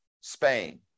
Spain